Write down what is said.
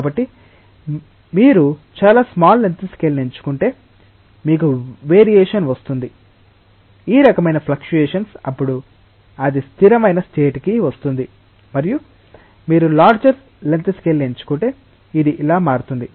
కాబట్టి మీరు చాలా స్మాల్ లెంగ్త్ స్కేల్ని ఎంచుకుంటే మీకు వేరిఎషన్ వస్తుంది ఈ రకమైన ఫ్లక్షుయేషన్స్ అప్పుడు అది స్థిరమైన స్టేట్ కి వస్తుంది మరియు మీరు లర్జర్ లెంగ్త్ స్కేల్ను ఎంచుకుంటే ఇది ఇలా మారుతుంది